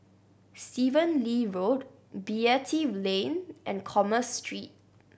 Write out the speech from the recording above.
Stephen Lee Road Beatty Lane and Commerce Street